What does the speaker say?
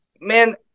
man